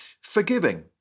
Forgiving